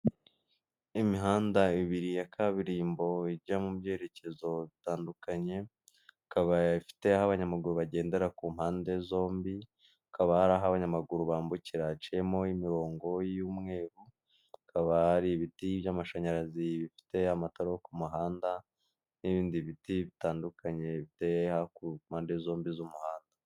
Imihanda ibiri ya kaburimbo ijya mu byerekezo bitandukanyebaye, ikaba ifite aho abanyamaguru bagendera ku mpande zombi, hakaba hari aho abanyamaguru bambukira hacimo imirongo y'umweru, hakaba hari ibiti by'amashanyarazi bifite amatara ku muhanda, n'ibindi biti bitandukanye biteye hakurya ku mpande zombi z'umuhanda.